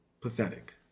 pathetic